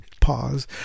pause